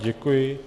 Děkuji.